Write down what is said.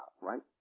right